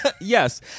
Yes